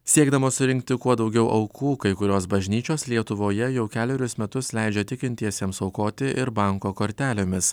siekdamos surinkti kuo daugiau aukų kai kurios bažnyčios lietuvoje jau kelerius metus leidžia tikintiesiems aukoti ir banko kortelėmis